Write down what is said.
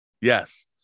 Yes